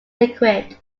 liquid